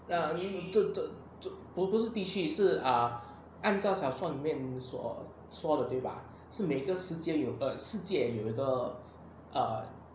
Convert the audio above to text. err 这这这不不是地区是 err 按照小说里面说所的对吧是每个世界世界有的 err